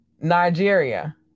Nigeria